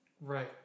right